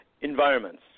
environments